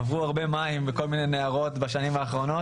עברו הרבה מים בכל מיני נהרות בשנים האחרונות,